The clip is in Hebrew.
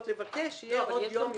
לבקש שיהיה עוד יום,